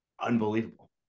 unbelievable